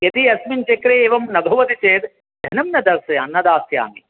यदि अस्मिन् चक्रे एवं न भवति चेत् धनं न दास्यामि न दास्यामि